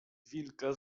wilka